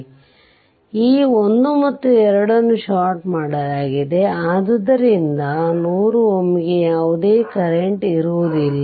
ಆದ್ದರಿಂದ ಈ 1 ಮತ್ತು 2 ಅನ್ನು ಷಾರ್ಟ್ ಮಾಡಲಾಗಿದೆ ಆದ್ದರಿಂದ 100Ω ಗೆ ಯಾವುದೇ ಕರೆಂಟ್ ಕರೆಂಟ್ಇರುವುದಿಲ್ಲ